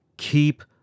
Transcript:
Keep